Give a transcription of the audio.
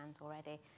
already